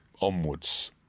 onwards